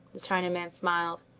the chinaman smiled.